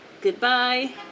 Goodbye